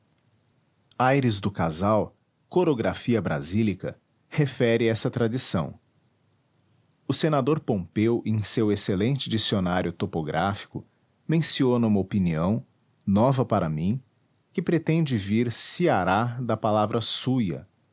aires do casal corografia brasílica refere essa tradição o senador pompeu em seu excelente dicionário topográfico menciona uma opinião nova para mim que pretende vir siará da palavra suia